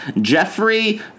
Jeffrey